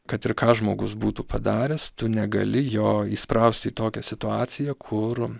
kad ir ką žmogus būtų padaręs tu negali jo įsprausti į tokią situaciją kur